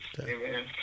Amen